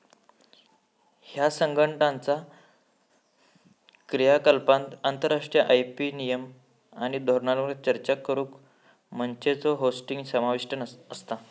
ह्या संघटनाचा क्रियाकलापांत आंतरराष्ट्रीय आय.पी नियम आणि धोरणांवर चर्चा करुक मंचांचो होस्टिंग समाविष्ट असता